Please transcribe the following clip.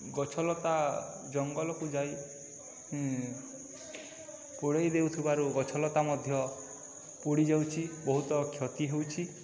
ଗଛଲତା ଜଙ୍ଗଲକୁ ଯାଇ ପୋଡ଼ି ଦେଉଥିବାରୁ ଗଛଲତା ମଧ୍ୟ ପୋଡ଼ି ଯାଉଛି ବହୁତ କ୍ଷତି ହେଉଛି